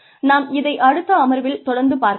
நாம் இதை அடுத்த அமர்வில் தொடர்ந்து பார்க்கலாம்